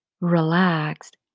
relaxed